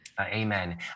Amen